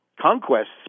conquests